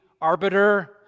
arbiter